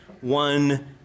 one